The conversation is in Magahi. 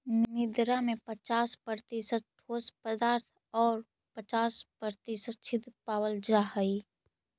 मृदा में पच्चास प्रतिशत ठोस पदार्थ आउ पच्चास प्रतिशत छिद्र पावल जा हइ